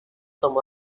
some